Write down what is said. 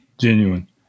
Genuine